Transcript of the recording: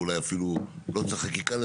ואולי אפילו לא צריך בשביל זה חקיקה.